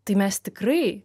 tai mes tikrai